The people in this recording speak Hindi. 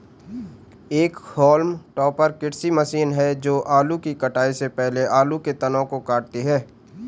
एक होल्म टॉपर कृषि मशीन है जो आलू की कटाई से पहले आलू के तनों को काटती है